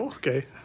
Okay